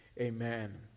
Amen